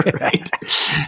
right